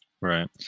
Right